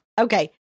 Okay